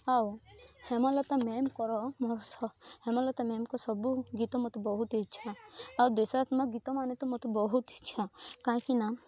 ଆଉ ହେମଲତା ମ୍ୟାମଙ୍କର ମୋର ସହ ହେମଲତା ମ୍ୟାମଙ୍କ ସବୁ ଗୀତ ମତେ ବହୁତ ଇଚ୍ଛା ଆଉ ଦେଶାତ୍ମ ଗୀତ ମାନେ ତ ମତେ ବହୁତ ଇଚ୍ଛା କାହିଁକି ନା